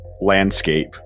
landscape